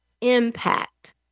impact